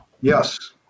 Yes